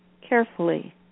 carefully